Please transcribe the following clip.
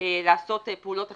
לעשות פעולות אכיפה,